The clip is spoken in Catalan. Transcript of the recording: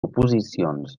oposicions